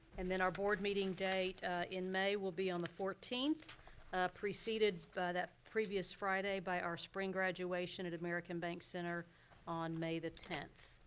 and then our board meeting date in may, will be on the fourteenth preceded by that previous friday, by our spring graduation at american bank center on may the tenth.